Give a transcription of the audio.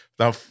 Now